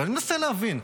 ואני מנסה להבין,